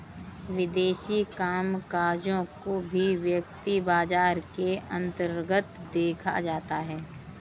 विदेशी कामकजों को भी वित्तीय बाजार के अन्तर्गत देखा जाता है